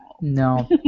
No